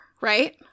right